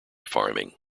farming